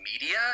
media